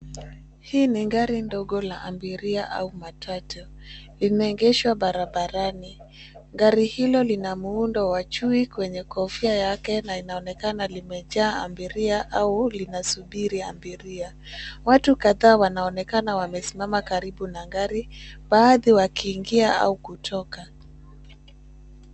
Hii ni gari dogo la abiria au matatu. Limeegeshwa barabarani. Gari hilo lina muundo wa chui kwenye kofia yake na linaonekana limejaa abiria au linasubiri abiria. Watu kadhaa wanaonekana wamesimama karibu na gari, baadhi wakiingia au kutoka.